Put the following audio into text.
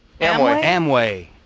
Amway